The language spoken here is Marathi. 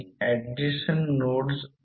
आता सर्व बरोबर आहेत यामुळे माझा वेळ वाचेल